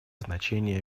значение